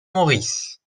maurice